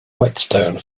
whetstone